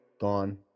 Gone